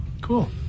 Cool